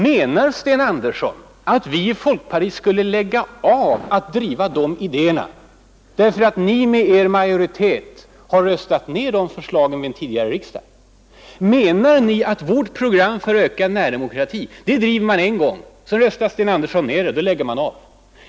Menar herr Andersson att vi i folkpartiet skulle lägga av att driva de idéerna därför att ni med er majoritet har röstat ned de förslagen vid en tidigare riksdag? Menar ni att vi skulle driva vårt program för ökad närdemokrati en gång och sedan, när Sten Andersson & Co röstat ned det, lägga av?